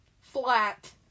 Flat